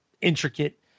intricate